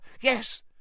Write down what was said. yes